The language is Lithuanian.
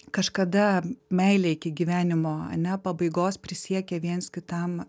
kažkada meilė iki gyvenimo pabaigos prisiekę viens kitam